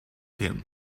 him